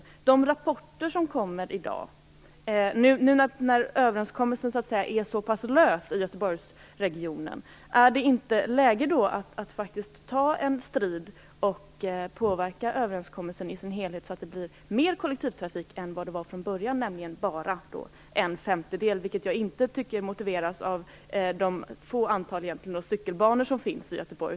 Med tanke på de rapporter som kommer i dag och med tanke på att överenskommelsen är så pass lös i Göteborgsregionen, är det då inte läge att faktiskt ta en strid och påverka överenskommelsen i dess helhet så att det blir mer kollektivtrafik än vad det var från början, nämligen bara en femtedel, vilket jag inte tycker motiveras av det lilla antalet cykelbanor som finns i Göteborg?